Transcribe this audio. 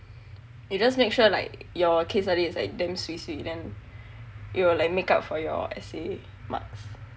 you just make sure like your case study is like damn swee swee then you will like make up for your essay marks